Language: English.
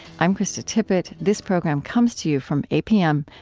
i'm krista tippett. this program comes to you from apm,